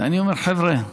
ואני אומר: חבר'ה,